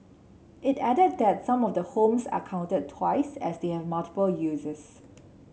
it added that some of the homes are counted twice as they have multiple uses